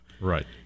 right